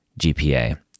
GPA